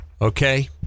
okay